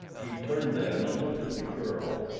he turned then and looked at the girl,